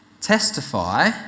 testify